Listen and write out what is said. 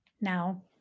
now